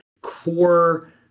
core